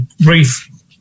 brief